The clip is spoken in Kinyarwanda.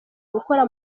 gukora